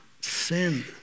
sin